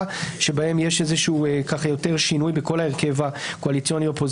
שבהן יש איזה שהוא שינוי בכל ההרכב הקואליציוני-אופוזיציוני.